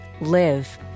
Live